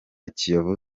kiyovu